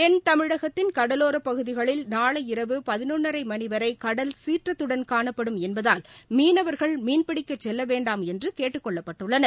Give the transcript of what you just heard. தென்தமிழகத்தின் கடலோரப் பகுதிகளில் நாளை இரவு பதினொன்றரை மணி வரை கடல் சீற்றத்துடன் காணப்படும் என்பதால் மீனவர்கள் மீன்பிடிக்கச் செல்ல வேண்டாம் என்று கேட்டுக் கொள்ளப்பட்டுள்ளனர்